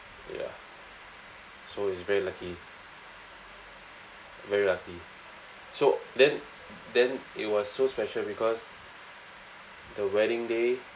ya so it's very lucky very lucky so then then it was so special because the wedding day